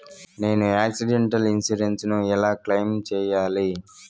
నేను accidental insurance ను ఎలా క్లెయిమ్ సేయాలి?